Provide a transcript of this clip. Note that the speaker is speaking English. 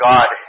God